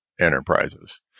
enterprises